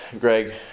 Greg